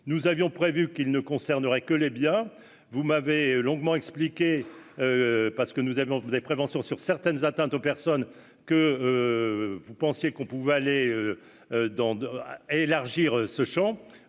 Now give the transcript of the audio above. nous avions prévu qu'il ne concernerait que les biens, vous m'avez longuement expliqué parce que nous avons tous des préventions sur certaines atteintes aux personnes que vous pensiez qu'on pouvait aller dans d'élargir ce Champ